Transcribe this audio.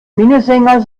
minnesänger